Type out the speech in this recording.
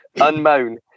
Unmown